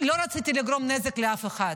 לא רציתי לגרום נזק לאף אחד.